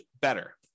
better